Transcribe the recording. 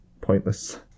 pointless